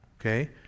okay